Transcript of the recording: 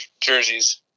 jerseys